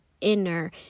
inner